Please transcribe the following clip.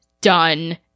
done